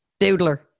doodler